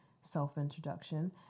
self-introduction